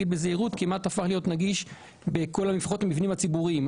בזהירות כמעט הפך להיות נגיש לפחות במבנים הציבוריים.